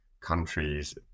countries